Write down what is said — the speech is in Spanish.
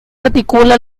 articula